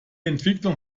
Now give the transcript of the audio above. entwicklung